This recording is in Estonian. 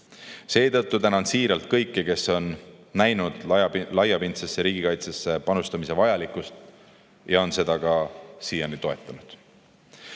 Seetõttu tänan siiralt kõiki, kes on näinud laiapindsesse riigikaitsesse panustamise vajalikkust ja on seda ka siiani toetanud.